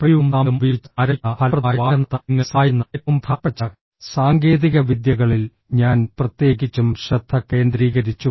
പ്രിവ്യൂവും സാമ്പിളും ഉപയോഗിച്ച് ആരംഭിക്കുന്ന ഫലപ്രദമായ വായന നടത്താൻ നിങ്ങളെ സഹായിക്കുന്ന ഏറ്റവും പ്രധാനപ്പെട്ട ചില സാങ്കേതികവിദ്യകളിൽ ഞാൻ പ്രത്യേകിച്ചും ശ്രദ്ധ കേന്ദ്രീകരിച്ചു